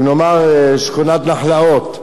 אם נאמר שכונת נחלאות,